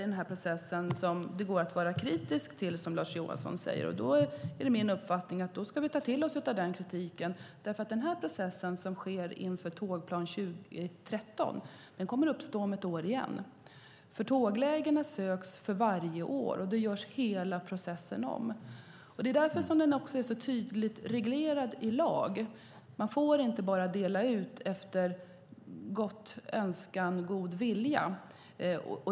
Det är möjligt att det går att vara kritisk mot delar i processen. Då ska vi ta till oss av den kritiken. Den process som nu sker inför tågplan 2013 kommer att uppstå om ett år igen. Tåglägena söks för varje år, och då görs hela processen om. Det är också därför som den är så tydligt reglerad i lag. Man får inte bara dela ut efter gottfinnande och god vilja.